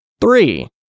Three